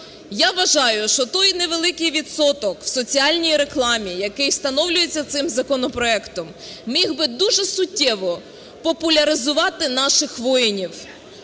Я вважаю, що той невеликий відсоток в соціальній рекламі, який встановлюється цим законопроектом, міг би дуже суттєво популяризувати наших воїнів,